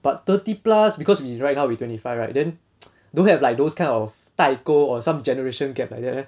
but thirty plus because we right now we twenty five right then don't have like those kind of 代沟 or some generation gap like that meh